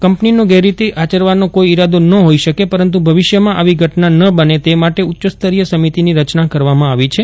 કંપનીનો ગેરરીતી આચરવાનો કોઇ ઇરાદો ન હોઇ શકે પરંતુ ભવિષ્યમાં આવી ઘટના ન બને તે માટે બે ઉચ્ચસ્તરીય સમિતિની રચના કરવામાં આવી છે